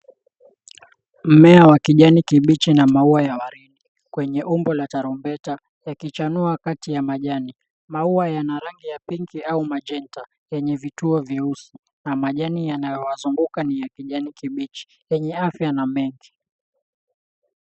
Mmea wa kijani kibichi na maua ya waridi, kwenye umbo la tarumbeta yakichanua kati ya majani maua, yana rangi ya pinki au majenta, yenye vituo vyeusi na majani yanayowazunguka ni ya kijani kibichi yenye afya na mengi.